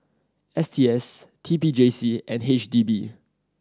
S T S T P J C and H D B